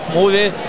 movie